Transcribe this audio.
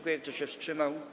Kto się wstrzymał?